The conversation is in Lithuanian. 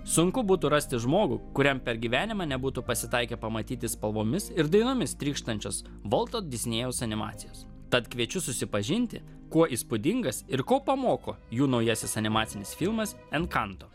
sunku būtų rasti žmogų kuriam per gyvenimą nebūtų pasitaikę pamatyti spalvomis ir dainomis trykštančios volto disnėjaus animacijos tad kviečiu susipažinti kuo įspūdingas ir ko pamoko jų naujasis animacinis filmas enkanto